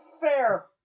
Fair